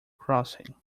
crossing